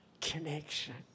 connection